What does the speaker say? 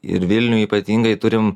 ir vilniuj ypatingai turim